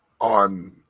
on